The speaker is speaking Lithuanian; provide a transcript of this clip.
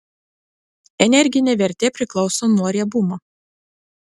energinė vertė priklauso nuo riebumo